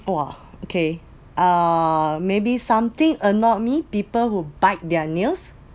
!wah! okay uh maybe something annoyed me people will bite their nails